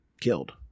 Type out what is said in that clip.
killed